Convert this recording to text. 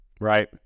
Right